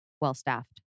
well-staffed